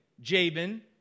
Jabin